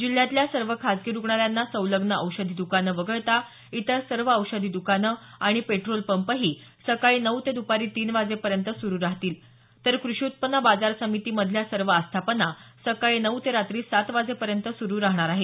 जिल्ह्यातल्या सर्व खाजगी रुग्णालयांना संलग्न औषधी दुकानं वगळता इतर सर्व औषधी दुकानं आणि पेट्रोल पंपही सकाळी नऊ ते दुपारी तीन वाजेपर्यंत सुरु राहतील तर क्रषी उत्पन्न बाजार समितीमधल्या सर्व आस्थापना सकाळी नऊ ते रात्री सात वाजेपर्यंत सुरु राहणार आहेत